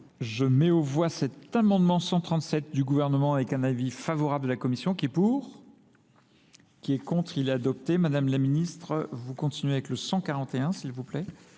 Je mets au voie cet amendement 137 du gouvernement avec un avis favorable de la commission qui est pour ? Qui est contre ? Il est adopté. Madame la ministre, vous continuez avec le 141 s'il vous plaît.